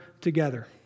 together